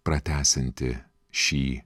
pratęsianti šį